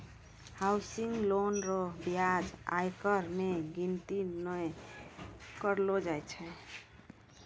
housing loan रो ब्याज आयकर मे गिनती नै करलो जाय छै